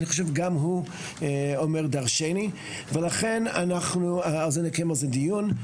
אני חושב גם הוא אומר דרשני ולכן אנחנו נקיים על זה דיון.